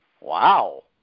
Wow